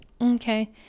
Okay